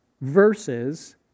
verses